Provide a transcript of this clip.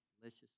delicious